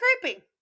creepy